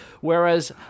whereas